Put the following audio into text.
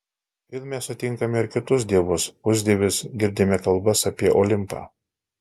filme sutinkame ir kitus dievus pusdievius girdime kalbas apie olimpą